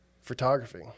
photography